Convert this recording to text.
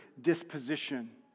disposition